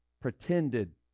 pretended